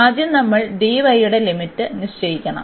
ആദ്യം നമ്മൾ യുടെ ലിമിറ്റ് നിശ്ചയിക്കണം